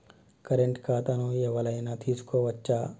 Current ఖాతాను ఎవలైనా తీసుకోవచ్చా?